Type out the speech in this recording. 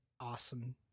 Awesome